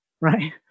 right